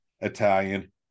Italian